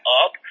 up